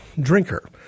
drinker